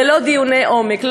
ללא דיוני עומק,